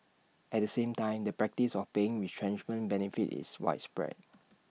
at the same time the practice of paying retrenchment benefits is widespread